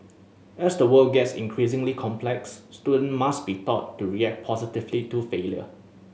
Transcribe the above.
as the world gets increasingly complex student must be taught to react positively to failure